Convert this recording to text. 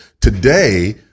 Today